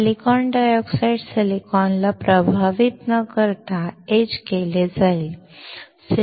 silicon dioxide सिलिकॉनला प्रभावित न करता एच केले जाईल